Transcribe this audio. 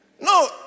No